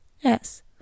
Yes